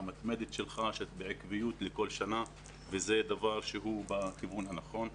ההתמדה והעקביות שלך בכל שנה וזה דבר בכיוון הנכון.